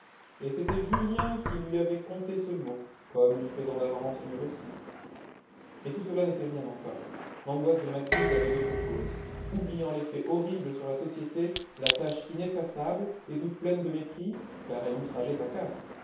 et c'était julien qui lui avait conté ce mot comme lui faisant d'avance une leçon mais tout cela n'était rien encore l'angoisse de mathilde avait d'autres causes oubliant l'effet horrible sur la société la tache ineffaçable et toute pleine de mépris car elle outrageait sa caste